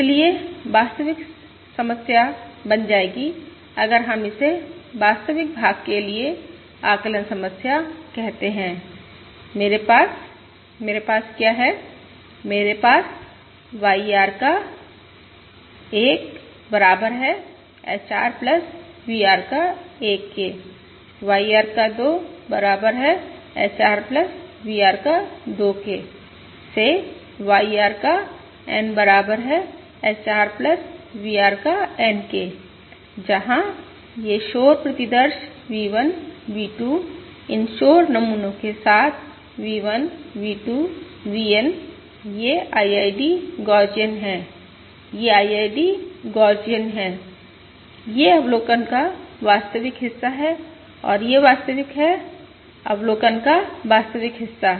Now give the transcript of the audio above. इसलिए वास्तविक समस्या बन जाएगी अगर हम इसे वास्तविक भाग के लिए आकलन समस्या कहते हैं मेरे पास मेरे पास क्या है मेरे पास YR का 1 बराबर है HR VR का 1 के YR का 2 बराबर है HR VR का 2 के से YR का N बराबर है HR VR का N के जहां ये शोर प्रतिदर्श V1 V2 इन शोर नमूनों के साथ V1 V2 VN ये IID गौसियन हैं ये IID गौसियन हैं ये अवलोकन का वास्तविक हिस्सा हैं और ये वास्तविक हैं अवलोकन का वास्तविक हिस्सा